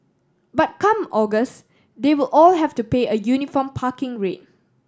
but come August they will all have to pay a uniform parking rate